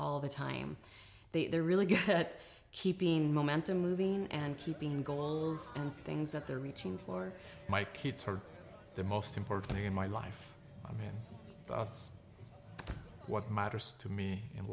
all the time they're really good at keeping momentum moving and keeping goals and things that they're reaching for my kids are the most important thing in my life i mean that's what matters to me in